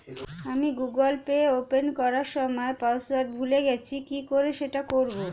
আমি Google Pay open করার সময় পাসওয়ার্ড ভুলে গেছি কি করে সেট করব?